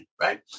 right